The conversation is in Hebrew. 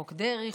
חוק דרעי,